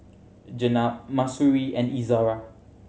Jenab Mahsuri and Izara